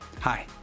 Hi